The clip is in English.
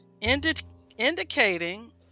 indicating